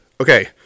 okay